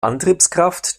antriebskraft